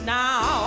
now